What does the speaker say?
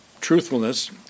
truthfulness